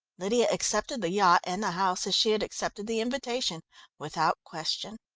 lydia accepted the yacht and the house as she had accepted the invitation without question.